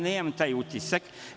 Nemam taj utisak.